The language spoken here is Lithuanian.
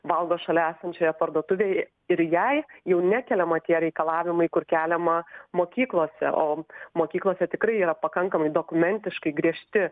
valgo šalia esančioje parduotuvėj ir jai jau nekeliama tie reikalavimai kur keliama mokyklose o mokyklose tikrai yra pakankamai dokumentiškai griežti